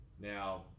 now